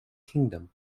kingdom